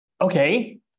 okay